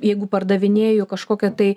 jeigu pardavinėju kažkokią tai